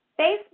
Facebook